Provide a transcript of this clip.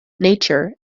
nature